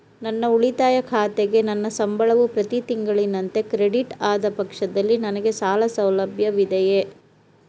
ನನ್ನ ಉಳಿತಾಯ ಖಾತೆಗೆ ನನ್ನ ಸಂಬಳವು ಪ್ರತಿ ತಿಂಗಳಿನಂತೆ ಕ್ರೆಡಿಟ್ ಆದ ಪಕ್ಷದಲ್ಲಿ ನನಗೆ ಸಾಲ ಸೌಲಭ್ಯವಿದೆಯೇ?